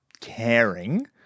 caring